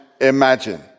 imagine